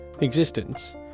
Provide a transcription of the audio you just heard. existence